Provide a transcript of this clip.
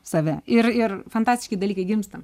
save ir ir fantastiški dalykai gimsta